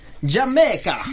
Jamaica